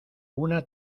una